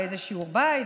באיזשהו בית,